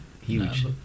huge